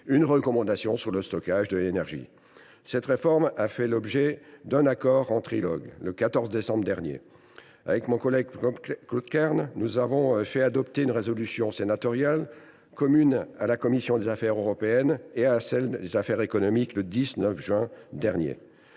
une recommandation sur le stockage de l’énergie. Cette réforme a fait l’objet d’un accord en trilogue le 14 décembre dernier. Le 19 juin dernier, avec mon collègue Claude Kern, nous avons fait adopter une résolution commune à la commission des affaires européennes et à celle des affaires économiques. Le Sénat s’est